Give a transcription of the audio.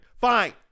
Fine